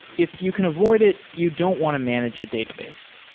if you can avoid it, you don't want to manage a database,